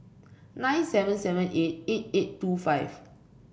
nine seven seven eight eight eight two five